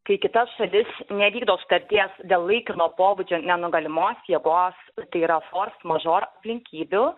kai kita šalis nevykdo sutarties dėl laikino pobūdžio nenugalimos jėgos tai yra fors mažor aplinkybių